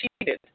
cheated